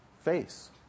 face